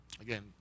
Again